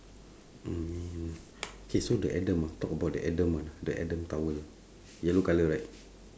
I mean K so the adam ah talk abut the adam one ah the adam towel yellow colour right